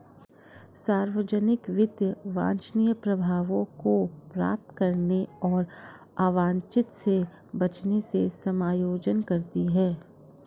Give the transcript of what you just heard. सार्वजनिक वित्त वांछनीय प्रभावों को प्राप्त करने और अवांछित से बचने से समायोजन करती है